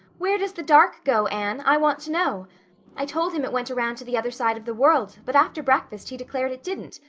where does the dark go, anne? i want to know i told him it went around to the other side of the world but after breakfast he declared it didn't.